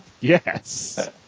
Yes